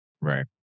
Right